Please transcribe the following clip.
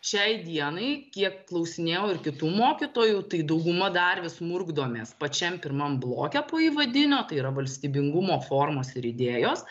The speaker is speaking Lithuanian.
šiai dienai kiek klausinėjau ir kitų mokytojų tai dauguma dar vis murkdomės pačiam pirmam bloke po įvadinio tai yra valstybingumo formos ir idėjos